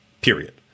period